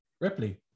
Ripley